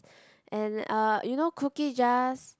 and uh you know cookie jars